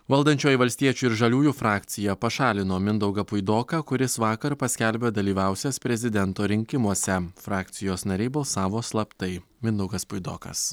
valdančioji valstiečių ir žaliųjų frakcija pašalino mindaugą puidoką kuris vakar paskelbė dalyvausiąs prezidento rinkimuose frakcijos nariai balsavo slaptai mindaugas puidokas